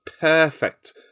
perfect